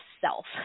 self